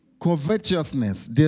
covetousness